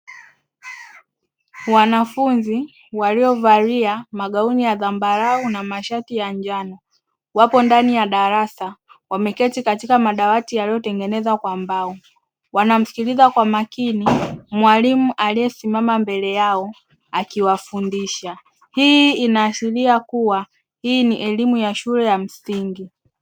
Wanafunzi waliovalia magauni ya zambalau na mashati ya njano wapo ndani ya darasa wameketi katika madawati yaliyotengenezwa kwa mbao, wanamsikiliza kwa makini mwalimu aliyesimama mbele yao akiwafundisha hii inaashiria kuwa hii ni elimu ya shule ya msingi.